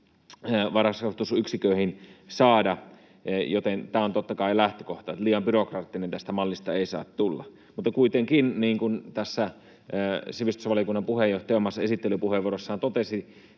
varhaiskasvatusyksiköihin saada, joten tämä on totta kai lähtökohta, että liian byrokraattinen tästä mallista ei saa tulla. Mutta kuitenkin, niin kuin tässä sivistysvaliokunnan puheenjohtaja omassa esittelypuheenvuorossaan totesi,